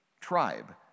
tribe